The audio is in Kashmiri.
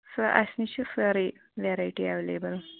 سُہ اَسہِ نِش چھِ سٲرٕے ویٚرایٹی ایٚویلیبُل